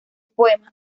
poemas